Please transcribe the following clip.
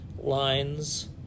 lines